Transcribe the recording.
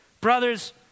Brothers